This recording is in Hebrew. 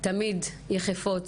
תמיד יחפות,